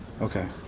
okay